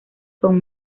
con